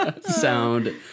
Sound